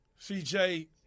CJ